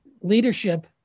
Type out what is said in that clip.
Leadership